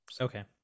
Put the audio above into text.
Okay